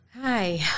Hi